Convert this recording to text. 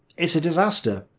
it's a disaster.